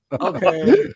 Okay